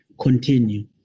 continue